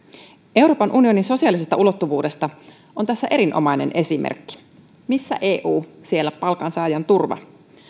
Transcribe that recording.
euroopan unionin sosiaalisesta ulottuvuudesta on tässä erinomainen esimerkki missä eu siellä palkansaajan turva